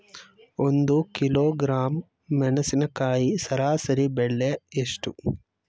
ಒಂದು ಕಿಲೋಗ್ರಾಂ ಮೆಣಸಿನಕಾಯಿ ಸರಾಸರಿ ಬೆಲೆ ಎಷ್ಟು?